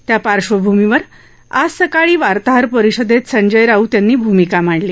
त्या पार्श्वभूमीवर आज सकाळी वार्ताहर परिषदेत संजय राऊत यांनी भूमिका मांडली